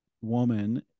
woman